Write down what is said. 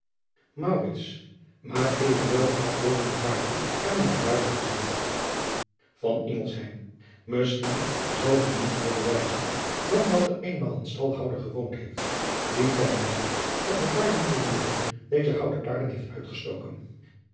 aar evenwel de afbeelding der paarden hebben wij duidelijk gezien isschien zal die niet meer bewijzen dan dal er eenmaal een stalhouder gewoond heeft die ten blijke dat hij paarden verhuurde deze houten paarden heeft uitgestoken